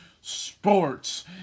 sports